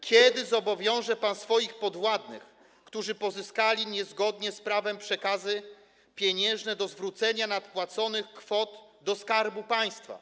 Kiedy zobowiąże pan swoich podwładnych, którzy otrzymali niezgodnie z prawem przekazy pieniężne, do zwrócenia nadpłaconych kwot do Skarbu Państwa?